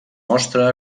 mostra